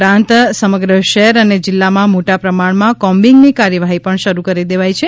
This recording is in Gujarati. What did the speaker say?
ઉપરાંત સમગ્ર શહેર અને જિલ્લામાં મોટા પ્રમાણમાં કોમ્બીંગની કાર્યવાહી પણ શરૂ કરી દેવાઇ છે